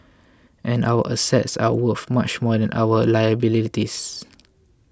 and our assets are worth much more than our liabilities